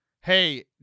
Hey